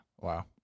Wow